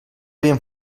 havien